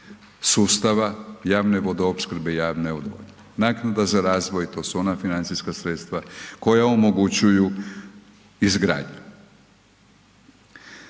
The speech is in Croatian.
sustava javne vodoopskrbe i javne odvodnje. Naknada za razvoj to su ona financijska sredstva koja omogućuju izgradnju,